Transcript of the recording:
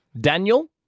Daniel